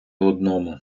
одному